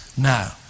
now